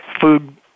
food